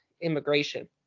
immigration